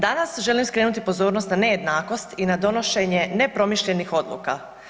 Danas želim skrenuti pozornost na nejednakost i na donošenje nepromišljenih odluka.